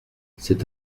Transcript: c’est